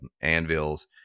anvils